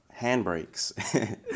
handbrakes